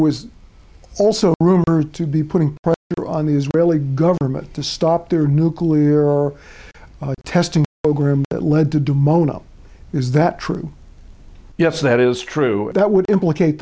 also to be putting on the israeli government to stop their nuclear testing program that led to dimona is that true yes that is true that would implicate